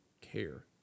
care